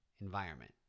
environment